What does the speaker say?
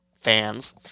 fans